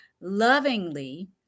lovingly